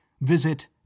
visit